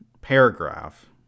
paragraph